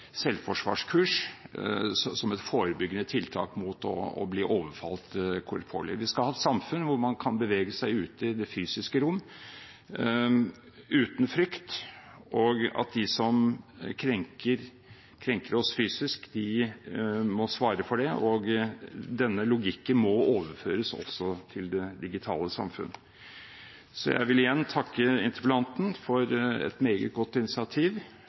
selvforsvarskurs som et forebyggende tiltak mot å bli overfalt korporlig. Vi skal ha et samfunn hvor man kan bevege seg ute i det fysiske rom uten frykt, og de som krenker oss fysisk, må svare for det. Denne logikken må overføres til det digitale samfunnet. Jeg vil igjen takke interpellanten for et meget godt initiativ,